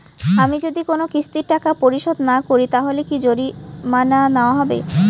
আমি যদি কোন কিস্তির টাকা পরিশোধ না করি তাহলে কি জরিমানা নেওয়া হবে?